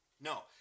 No